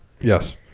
Yes